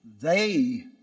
They